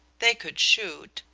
they could shoot,